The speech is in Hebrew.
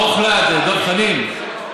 מה הוחלט, דב חנין?